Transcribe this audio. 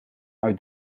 uit